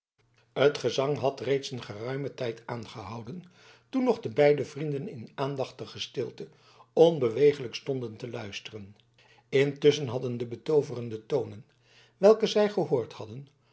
het gezang had reeds een geruimen tijd aangehouden toen nog de beide vrienden in aandachtige stilte onbeweeglijk stonden te luisteren intusschen hadden de betooverende tonen welke zij gehoord hadden